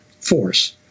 force